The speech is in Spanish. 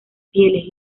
pieles